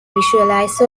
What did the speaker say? visualize